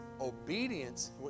obedience